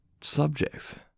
subjects